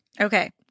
Okay